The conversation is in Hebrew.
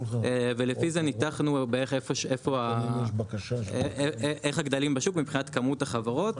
ולפי זה ניתחנו בערך איפה איך הגדלים בשוק מבחינת כמות החברות,